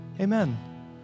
Amen